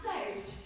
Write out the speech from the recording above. out